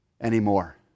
anymore